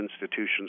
institutions